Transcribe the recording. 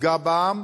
תפגע בעם,